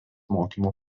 mokymo